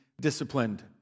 disciplined